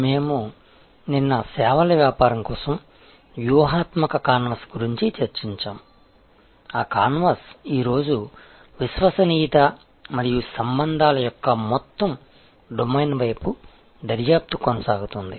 మేము నిన్న సేవల వ్యాపారం కోసం వ్యూహాత్మక కాన్వాస్ గురించి చర్చించాము ఆ కాన్వాస్ ఈ రోజు విశ్వసనీయత మరియు సంబంధాల యొక్క మొత్తం డొమైన్పై దర్యాప్తు కొనసాగుతుంది